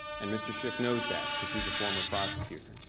and mr. schiff knows that because he's a former prosecutor.